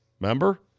Remember